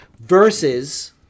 versus